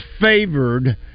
favored